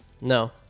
No